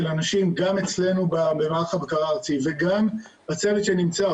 אנשים גם אצלנו במערך הבקרה הארצי וגם בצוות שנמצא,